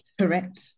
correct